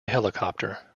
helicopter